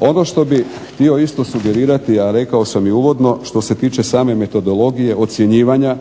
Ono što bih htio isto sugerirati, a rekao sam i uvodno što se tiče same metodologije ocjenjivanja.